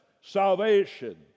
salvation